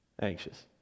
anxious